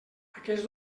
aquests